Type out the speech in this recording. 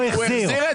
הוא לא החזיר את זה.